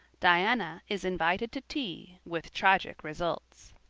diana is invited to tea with tragic results